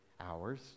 hours